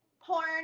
porn